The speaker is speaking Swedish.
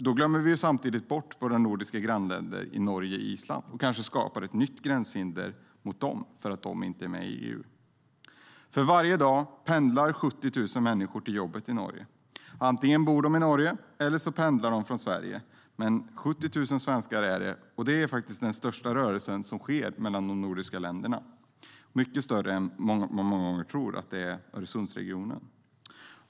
Då glömmer vi dessutom bort våra nordiska grannländer Norge och Island och skapar kanske nya gränshinder mot dem för att de inte är med i EU. Varje dag pendlar 70 000 svenskar till jobbet i Norge. Antingen bor de i Norge eller så pendlar de från Sverige. Det är den största rörelse som sker mellan de nordiska länderna, mycket större än den i Öresundsregionen, som många tror är den största.